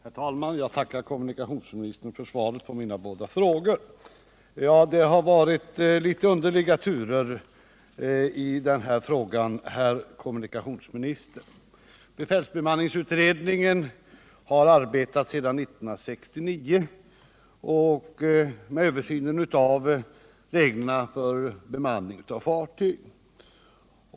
Herr talman! Jag tackar kommunikationsministern för svaret på mina båda frågor. Det har varit litet underliga turer i den här frågan, herr kommunikationsminister. Befälsbemanningsutredningen har arbetat sedan 1969 med en översyn av reglerna för bemanning av fartyg.